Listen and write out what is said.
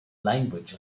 language